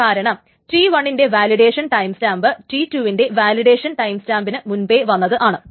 കാരണം T1 ൻറെ validation timestamp T2 ൻറെ വാലിഡേഷൻ ടൈംസ്റ്റാമ്പിന് മുൻപേ വന്നതാണ്